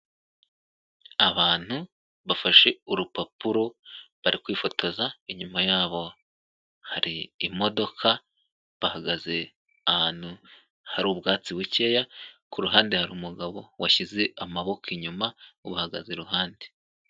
Abantu bafashe urupapuro bari kwifotoza inyuma yabo hari imodoka, bahagaze ahantu hari ubwatsi bukeya, ku ruhande hari umugabo washyize amaboko inyuma abuhagaze iruhande.